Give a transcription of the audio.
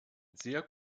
sehr